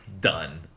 done